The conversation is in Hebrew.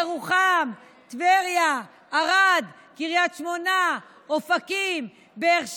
ירוחם, טבריה, ערד, קריית שמונה, אופקים, באר שבע,